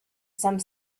some